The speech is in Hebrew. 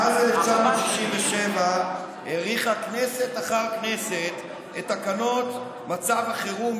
מאז 1967 האריכו כנסת אחר כנסת את תקנות "מצב החירום",